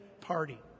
party